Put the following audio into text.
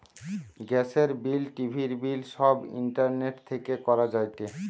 গ্যাসের বিল, টিভির বিল সব ইন্টারনেট থেকে করা যায়টে